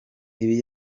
ibi